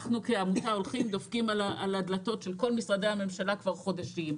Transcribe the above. אנחנו כעמותה דופקים על הדלתות של כל משרדי הממשלה כבר חודשים,